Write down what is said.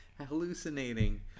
hallucinating